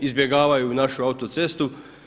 Izbjegavaju našu autocestu.